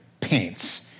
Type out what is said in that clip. paints